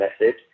message